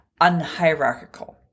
unhierarchical